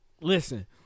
Listen